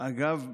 אגב,